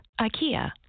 IKEA